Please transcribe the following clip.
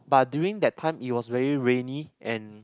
but during that time it was very rainy and